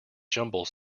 jumble